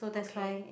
okay